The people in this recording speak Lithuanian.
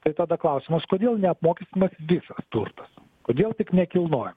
tai tada klausimas kodėl neapmokestinamas visas turtas kodėl tik nekilnojo